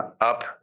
up